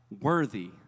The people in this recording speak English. worthy